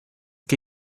que